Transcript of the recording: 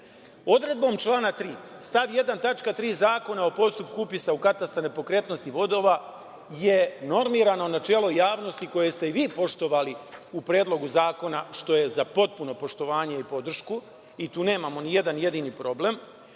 podatke. Odredbom člana 3. stav 1. tačka 3) Zakona o postupku upisa u katastar nepokretnosti vodova je normirano načelo javnosti koje ste vi poštovali u Predlogu zakona, što je za potpuno poštovanje i podršku, i tu nemamo ni jedan jedini problem,